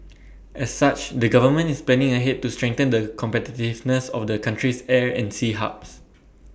as such the government is planning ahead to strengthen the competitiveness of the country's air and sea hubs